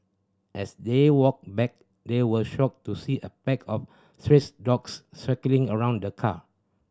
as they walked back they were shocked to see a pack of strays dogs circling around the car